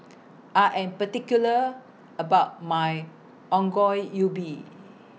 I Am particular about My Ongol Ubi